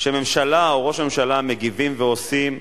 כשממשלה, או ראש ממשלה, מגיבים ועושים,